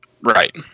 Right